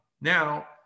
Now